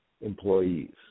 employees